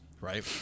right